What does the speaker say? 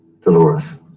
Dolores